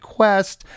Quest